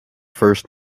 first